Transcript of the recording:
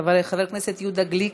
חבר הכנסת יהודה גליק,